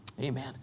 Amen